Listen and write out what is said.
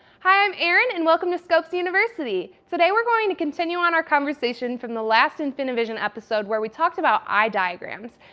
hi, i'm erin and welcome to scopes university. today we are going to continue on our conversation from the last infiniivision episode where we talked about eye diagrams.